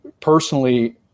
personally